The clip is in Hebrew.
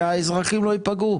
שהאזרחים לא ייפגעו,